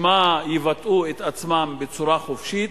שמא יבטאו את עצמם בצורה חופשית,